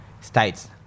States